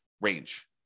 range